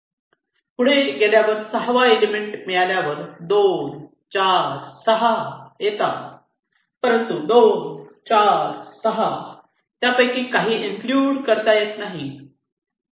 पुढे गेल्यावर सहावा एलिमेंट मिळाल्यावर 2 4 6 येतात परंतु 2 4 6 त्यापैकी काहीही इंल्क्युड करता येत नाही